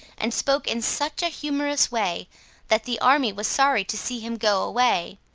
and spoke in such a humorous way that the army was sorry to see him go away,